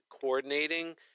coordinating